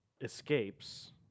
escapes